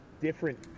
different